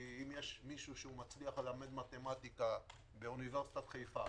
אם יש מישהו שמצליח ללמד מתמטיקה באוניברסיטת חיפה